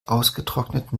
ausgetrockneten